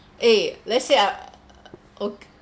eh let's say I ok~